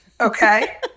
Okay